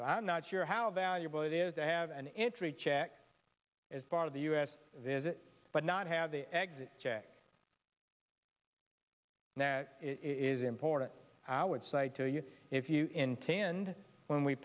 so i'm not sure how valuable it is i have an entry check as part of the us is it but not have the exit j that is important i would say to you if you intend when we